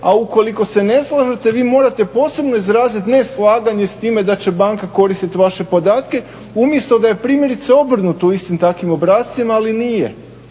a ukoliko se ne slažete vi morate posebno izraziti neslaganje s time da će banka koristiti vaše podatke, umjesto da je primjerice obrnuto u istim takvim obrascima, ali nije.